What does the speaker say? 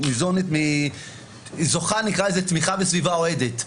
נקרא לזה, זוכה לתמיכה וסביבה אוהדת.